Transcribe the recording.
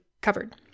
covered